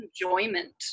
enjoyment